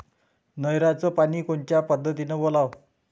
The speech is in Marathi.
नयराचं पानी कोनच्या पद्धतीनं ओलाव?